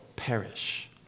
Perish